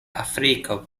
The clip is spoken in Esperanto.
afriko